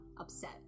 upset